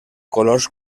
colors